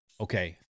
Okay